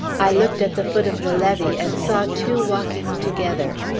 i looked at the foot of the levee, and saw two walking together.